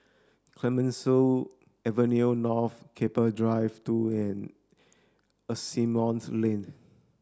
Clemenceau Avenue North Keppel Drive two and Asimont Lane